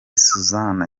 suzanne